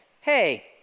hey